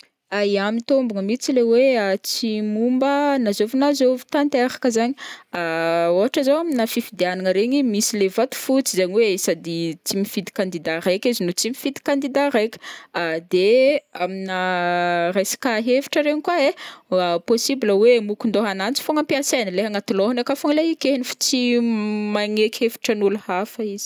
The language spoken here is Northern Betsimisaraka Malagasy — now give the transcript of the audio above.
ya, mitômbogno mihitsy le hoe tsy momba na zovy na zovy tanteraka zaign, ohatra zao amina fifidianagna regny misy leha vato fotsy izaign hoe de tsy mifidy candidat raiky izy no tsy mifidy candidat raiky, de amina resaka hevitra regny koa ai possible hoe mokon-dôha ananjy fogna ampiasainy, leha agnaty lôhany akao fogna ikehiny fa tsy magneky hevitran'ôlo hafa izy.